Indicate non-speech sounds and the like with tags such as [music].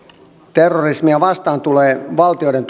terrorismia vastaan tulee valtioiden [unintelligible]